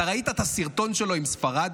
אתה ראית את הסרטון שלו עם ספרד?